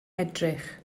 edrych